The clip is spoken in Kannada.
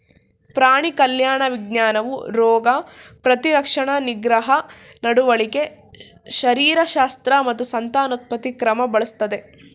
ಪ್ರಾಣಿ ಕಲ್ಯಾಣ ವಿಜ್ಞಾನವು ರೋಗ ಪ್ರತಿರಕ್ಷಣಾ ನಿಗ್ರಹ ನಡವಳಿಕೆ ಶರೀರಶಾಸ್ತ್ರ ಮತ್ತು ಸಂತಾನೋತ್ಪತ್ತಿ ಕ್ರಮ ಬಳಸ್ತದೆ